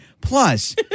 Plus